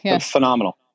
Phenomenal